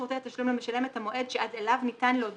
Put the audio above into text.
רגע רקע כללי.